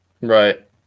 Right